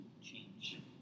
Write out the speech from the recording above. change